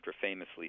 famously